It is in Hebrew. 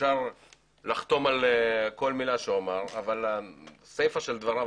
אפשר לחתום על כל מילה שהוא אמר אבל הסיפה של דבריו,